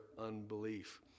unbelief